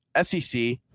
sec